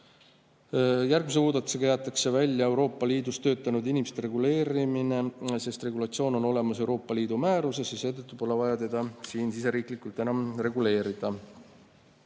Järgmise muudatusega jäetakse välja Euroopa Liidus töötanud inimeste [olukorra] reguleerimine, sest regulatsioon on olemas Euroopa Liidu määruses ja seetõttu pole vaja seda siseriiklikult enam reguleerida.